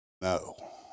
No